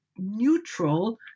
neutral